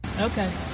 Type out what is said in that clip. okay